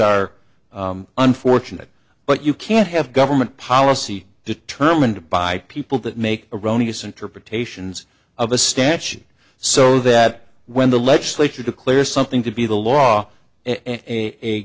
are unfortunate but you can't have government policy determined by people that make erroneous interpretations of a statute so that when the legislature declare something to be the law a